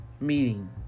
meeting